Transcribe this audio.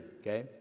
okay